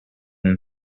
and